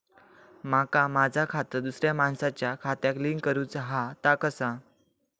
माका माझा खाता दुसऱ्या मानसाच्या खात्याक लिंक करूचा हा ता कसा?